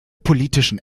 politischen